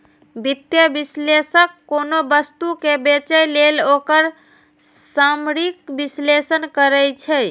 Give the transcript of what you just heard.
वित्तीय विश्लेषक कोनो वस्तु कें बेचय लेल ओकर सामरिक विश्लेषण करै छै